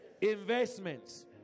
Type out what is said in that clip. investments